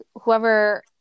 whoever